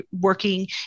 working